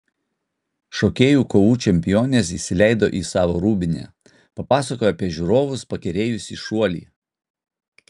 šokėjų kovų čempionės įsileido į savo rūbinę papasakojo apie žiūrovus pakerėjusį šuolį